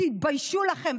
תתביישו לכם.